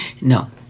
No